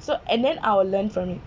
so and then I will learnt from it